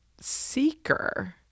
seeker